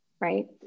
right